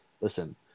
listen